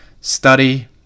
study